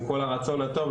עם כל הרצון הטוב,